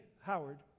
Howard